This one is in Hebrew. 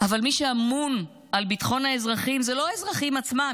אבל מי שאמון על ביטחון האזרחים הוא לא האזרחים עצמם.